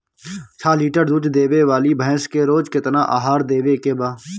छह लीटर दूध देवे वाली भैंस के रोज केतना आहार देवे के बा?